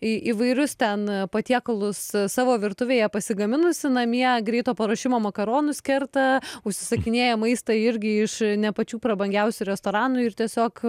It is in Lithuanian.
į įvairius ten patiekalus savo virtuvėje pasigaminusi namie greito paruošimo makaronus kerta užsisakinėja maistą irgi iš ne pačių prabangiausių restoranų ir tiesiog